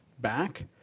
back